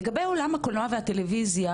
לגבי עולם הקולנוע והטלויזיה,